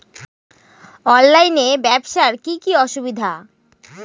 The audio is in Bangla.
অনলাইনে ব্যবসার কি কি অসুবিধা?